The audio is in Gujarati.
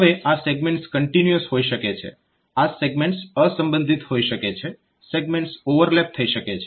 હવે આ સેગમેન્ટ્સ કન્ટીન્યુઅસ હોઈ શકે છે આ સેગમેન્ટ્સ અસંબંધિત હોઈ શકે છે સેગમેન્ટ્સ ઓવરલેપ થઈ શકે છે